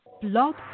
Blog